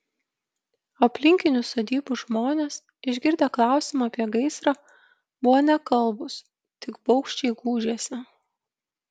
aplinkinių sodybų žmonės išgirdę klausimą apie gaisrą buvo nekalbūs tik baugščiai gūžėsi